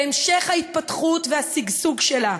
בהמשך ההתפתחות והשגשוג שלה.